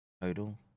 total